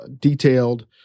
detailed